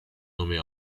nome